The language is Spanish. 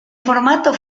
formato